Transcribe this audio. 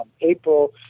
April